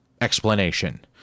explanation